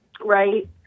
Right